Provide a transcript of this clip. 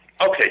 Okay